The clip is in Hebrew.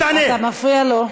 אתה מפריע לו.